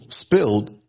spilled